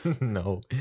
No